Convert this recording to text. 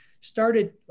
started